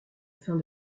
fin